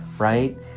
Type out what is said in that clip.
Right